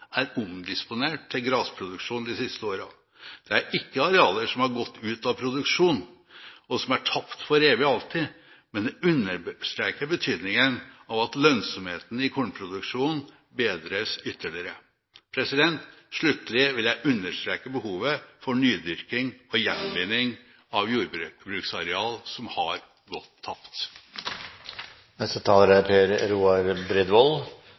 er omdisponert til grasproduksjon de siste årene. Dette er ikke arealer som har gått ut av produksjon, og som er tapt for evig og alltid, men det understreker betydningen av at lønnsomheten i kornproduksjonen bedres ytterligere. Sluttelig vil jeg understreke behovet for nydyrking og gjenvinning av jordbruksareal som har gått